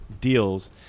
deals